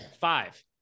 Five